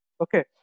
Okay